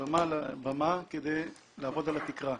כדי לעבוד על התקרה,